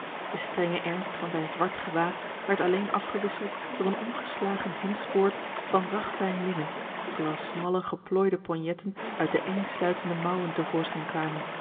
de strenge ernst van zijn zwart gewaad werd alleen afgewisseld door een omgeslagen hemdsboord van ragfijn linnen terwijl smalle geplooide ponjetten uit de eng sluitende mouwen te voorschijn kwamen